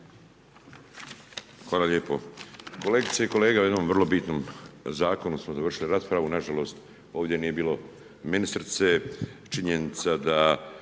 Hvala lijepo. Kolegice i kolege, o jednom vrlo bitno zakonu smo završili raspravu, nažalost ovdje nije bilo ministrice, činjenica da